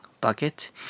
bucket